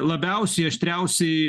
labiausiai aštriausiai